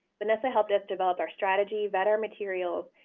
vanessa helped us develop our strategy, vet our materials,